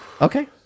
Okay